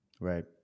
Right